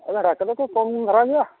ᱵᱷᱮᱰᱟ ᱠᱚᱫᱚ ᱠᱚ ᱠᱚᱢ ᱫᱷᱟᱨᱟ ᱜᱮᱭᱟ